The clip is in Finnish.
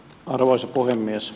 arvoisa puhemies